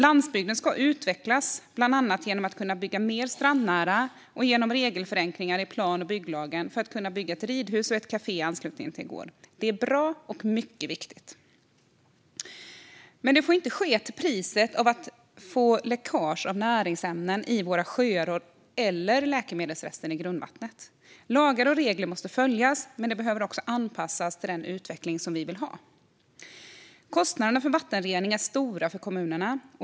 Landsbygden ska utvecklas bland annat genom att man ska kunna bygga mer strandnära och genom regelförenklingar i plan och bygglagen så att man kan bygga ett ridhus eller ett kafé i anslutning till en gård. Det är bra och mycket viktigt. Men det får inte ske till priset av att det blir läckage av näringsämnen i våra sjöar eller av läkemedelsrester i grundvattnet. Lagar och regler måste följas, men de behöver också anpassas till den utveckling som vi vill ha. Kostnaderna för vattenrening är stora för kommunerna.